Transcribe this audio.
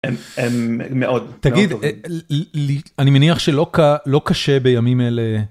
הם מאוד, מאוד טובים. תגיד, אני מניח שלא קשה בימים אלה...